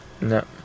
No